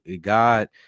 God